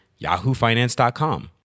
yahoofinance.com